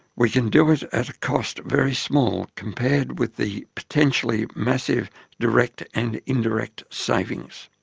we can do it at a cost very small compared with the potentially massive direct and indirect savings.